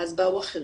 אז ב או אחרים,